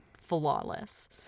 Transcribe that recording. flawless